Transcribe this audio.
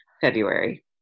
february